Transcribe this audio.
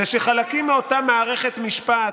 זה שחלקים מאותה מערכת משפט,